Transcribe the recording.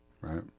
Right